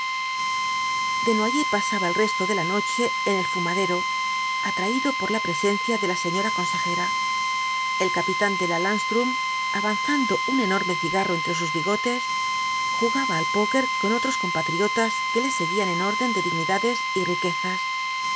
desnoyers pasaba el resto de la noche en el fumadero atraído por la presencia de la señora consejera el capitán de la landsttcrm avanzando un enorm cigarro entre sus bigotes jugaba al poker con otros compatriotas que le seguían en orden de dignidades y riquezas